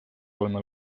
olema